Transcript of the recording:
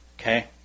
okay